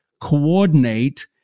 coordinate